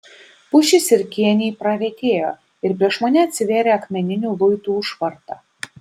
pušys ir kėniai praretėjo ir prieš mane atsivėrė akmeninių luitų užvarta